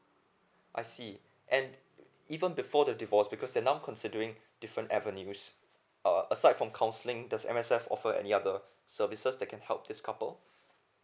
I see and even before the divorce because now considering different avenues uh aside from counselling does M_S_F offer any other services that can help this couple